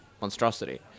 monstrosity